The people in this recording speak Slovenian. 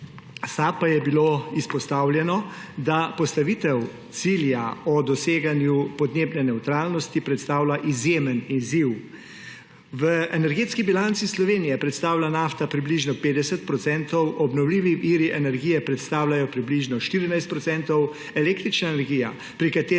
SAB pa je bilo izpostavljeno, da postavitev cilja o doseganju podnebne nevtralnosti predstavlja izjemen izziv. V energetski bilanci Slovenije predstavlja nafta približno 50 procentov, obnovljivi viri energije predstavljajo približno 14 procentov, električna energija, pri kateri